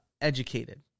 educated